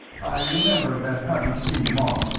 i remember that having seen them off,